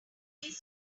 kind